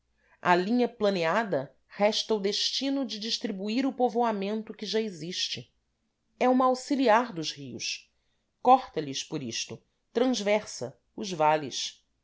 à linha planeada resta o destino de distribuir o povoamento que já existe é uma auxiliar dos rios corta lhes por isto transversa os vales